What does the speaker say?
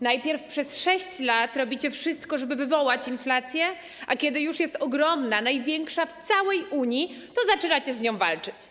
Najpierw przez 6 lat robicie wszystko, żeby wywołać inflację, a kiedy już jest ogromna, największa w całej Unii, to zaczynacie z nią walczyć.